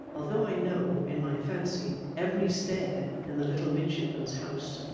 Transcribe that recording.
although i know, in my fancy, every stair in the little midshipman's house,